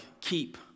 keep